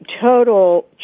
total